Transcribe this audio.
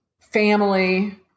family